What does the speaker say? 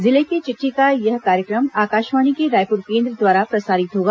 जिले की चिट़ठी का यह कार्यक्रम आकाशवाणी के रायपुर केंद्र द्वारा प्रसारित होगा